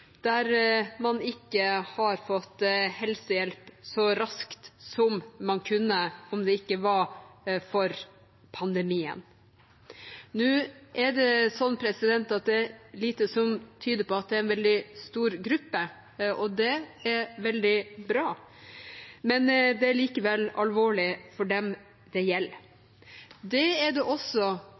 der man ikke har fått helsehjelp så raskt som man kunne – om det ikke var for pandemien. Det er lite som tyder på at det er en veldig stor gruppe, og det er veldig bra. Men det er likevel alvorlig for dem det gjelder. Det er det også